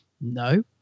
No